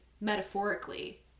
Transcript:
metaphorically